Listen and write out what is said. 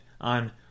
on